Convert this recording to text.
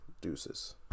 deuces